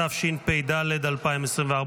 התשפ"ד 2024,